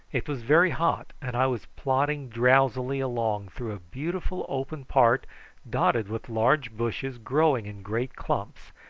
it was very hot, and i was plodding drowsily along through a beautiful open part dotted with large bushes growing in great clumps,